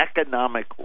economic